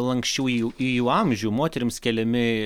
lanksčiau į į jų amžių moterims keliami